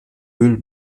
müll